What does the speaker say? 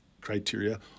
criteria